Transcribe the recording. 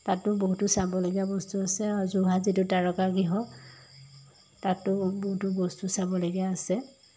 তাতো বহুতো চাবলগীয়া বস্তু আছে আৰু যোৰহাট যিটো তাৰকাগৃহ তাতো বহুতো বস্তু চাবলগীয়া আছে